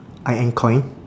I N coin